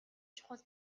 чухал